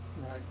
Right